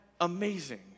amazing